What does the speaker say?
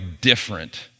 different